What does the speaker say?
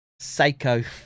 Seiko